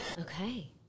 Okay